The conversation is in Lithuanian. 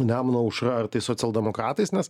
nemuno aušra ar tai socialdemokratais nes